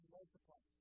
multiply